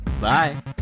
Bye